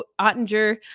Ottinger